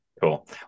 Cool